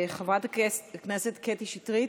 חברת הכנסת קטי שטרית,